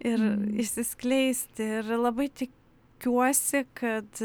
ir išsiskleisti ir labai tikiuosi kad